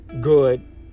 good